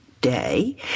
day